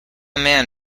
man